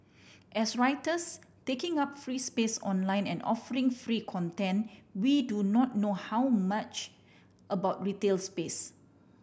as writers taking up free space online and offering free content we do not know how much about retail space